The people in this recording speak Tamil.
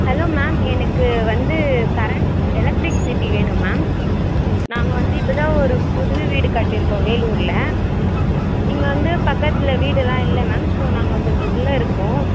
ஹலோ மேம் எனக்கு வந்து கரண்ட் எலக்ட்ரிக்சிட்டி வேணும் மேம் நாங்கள் வந்து இப்போ தான் ஒரு புது வீடு கட்டியிருக்கோம் வேலூரில் இங்கே வந்து பக்கத்தில் வீடுலாம் இல்லை மேம் ஸோ நாங்கள் கொஞ்சம் உள்ளே இருக்கோம்